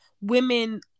women